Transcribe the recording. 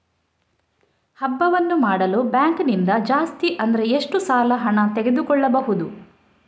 ಹಬ್ಬವನ್ನು ಮಾಡಲು ಬ್ಯಾಂಕ್ ನಿಂದ ಜಾಸ್ತಿ ಅಂದ್ರೆ ಎಷ್ಟು ಸಾಲ ಹಣ ತೆಗೆದುಕೊಳ್ಳಬಹುದು?